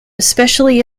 especially